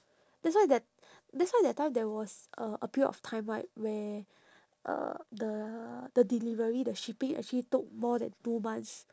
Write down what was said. that's why that that's why that time there was a a period of time right where uh the the delivery the shipping actually took more than two months